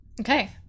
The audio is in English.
Okay